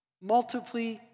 multiply